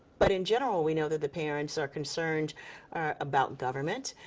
but in general we know that the parents are concerned about government,